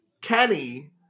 Kenny